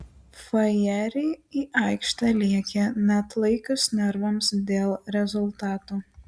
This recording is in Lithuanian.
fajeriai į aikštę lėkė neatlaikius nervams dėl rezultato